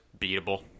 beatable